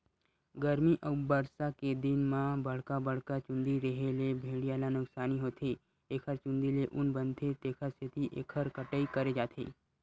गरमी अउ बरसा के दिन म बड़का बड़का चूंदी रेहे ले भेड़िया ल नुकसानी होथे एखर चूंदी ले ऊन बनथे तेखर सेती एखर कटई करे जाथे